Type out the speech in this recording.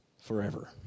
forever